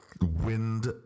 wind